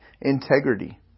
integrity